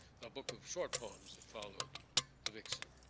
a book of short poems that followed the vixen.